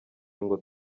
ngo